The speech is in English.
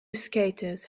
skaters